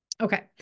Okay